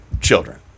children